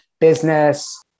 business